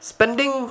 Spending